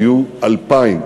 היו 2,000,